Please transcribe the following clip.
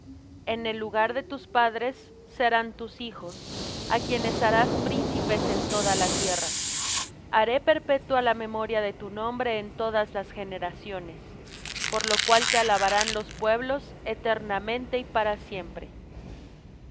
en lugar de tus padres serán tus hijos a quienes harás príncipes en toda la tierra haré perpetua la memoria de tu nombre en todas las generaciones por lo cual te alabarán los pueblos eternamente y para siempre